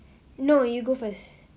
no you go first